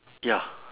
ya